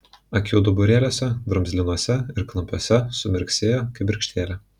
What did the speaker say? akių duburėliuose drumzlinuose ir klampiuose sumirgėjo kibirkštėlė